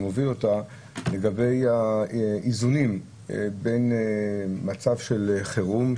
לגבי האיזון בין מצב של חירום,